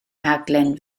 rhaglen